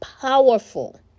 powerful